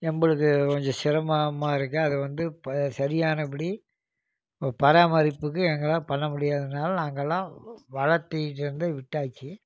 நம்பளுக்கு கொஞ்சம் சிரமம்மாக இருக்குது அது வந்து ப சரியானபடி இப்போ பராமரிப்புக்கு எங்களால் பண்ண முடியாததனால நாங்கெல்லாம் வளர்த்திட்டு இருந்து விட்டாச்சு